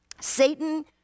Satan